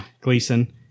gleason